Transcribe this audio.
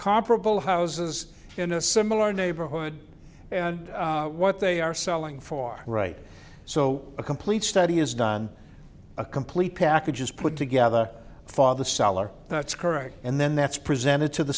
comparable houses in a similar neighborhood and what they are selling for right so a complete study is done a complete package is put together father salar that's correct and then that's presented to the